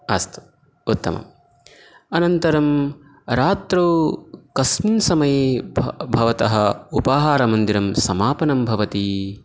अस्तु उत्तम् अनन्तरं रात्रौ कस्मिन् समये प भवतः उपाहारमन्दिरं समापनं भवति